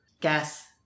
gas